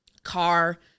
car